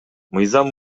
мыйзам